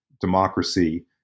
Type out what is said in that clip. democracy